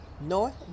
North